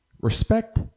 Respect